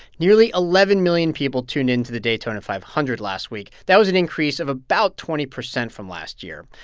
nearly eleven million people tuned into the daytona five hundred last week. that was an increase of about twenty percent from last year,